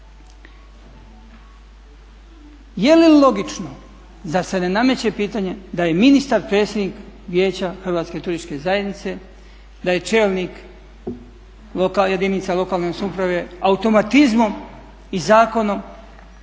Jeli logično da se ne nameće pitanje da je ministar predsjednik Vijeća hrvatska turističke zajednice, da je čelnika jedinice lokalne samouprave, automatizmom i zakonom